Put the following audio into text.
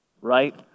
right